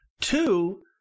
Two